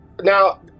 Now